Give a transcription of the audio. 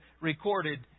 recorded